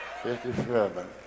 57